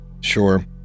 Sure